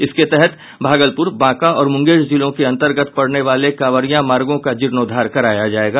इसके तहत भागलपुर बांका और मुंगेर जिला के अंतर्गत पड़ने वाले कांवरियां मार्गों का जीर्णोद्वार कराया जायेगा